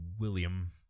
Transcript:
William